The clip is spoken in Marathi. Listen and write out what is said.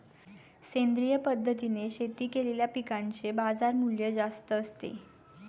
सेंद्रिय पद्धतीने शेती केलेल्या पिकांचे बाजारमूल्य जास्त असते